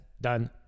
Done